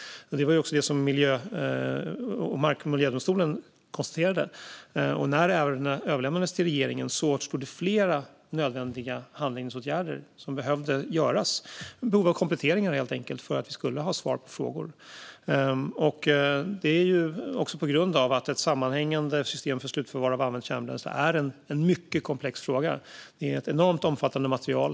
Det var också det som mark och miljödomstolen konstaterade. När ärendena överlämnades till regeringen återstod flera handlingsåtgärder som behövde göras - behov av kompletteringar, helt enkelt - för att vi skulle få svar på frågor. Det är också på grund av att ett sammanhängande system för slutförvar av använt kärnbränsle är en mycket komplex fråga. Det är ett enormt omfattande material.